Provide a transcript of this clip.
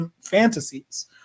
fantasies